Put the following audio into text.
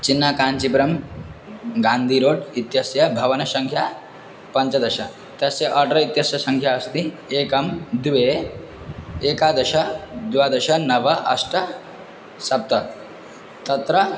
चिन्न काञ्चीपुरं गान्धी रोड् इत्यस्य भवनसङ्ख्या पञ्चदश तस्य आर्ड्र इत्यस्य सङ्ख्या अस्ति एकं द्वे एकादश द्वादश नव अष्ट सप्त तत्र